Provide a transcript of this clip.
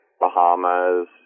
Bahamas